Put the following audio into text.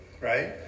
right